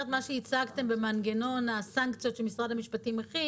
משרד הבריאות אמר שהוא בעד ומשרד החקלאות אמר שהוא בעד.